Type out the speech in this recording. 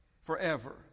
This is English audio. forever